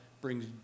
brings